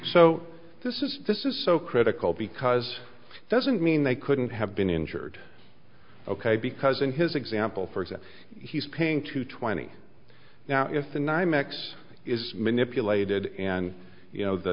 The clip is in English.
so this is this is so critical because it doesn't mean they couldn't have been injured ok because in his example for exam he's paying two twenty now if the nymex is manipulated and you know the